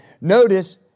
Notice